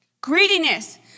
Greediness